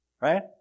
right